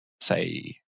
say